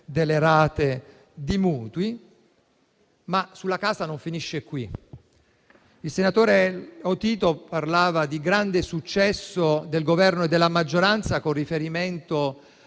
delle rate dei mutui. Sulla casa però non finisce qui. Il senatore Lotito parlava di grande successo del Governo e della maggioranza con riferimento